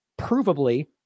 provably